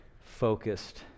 focused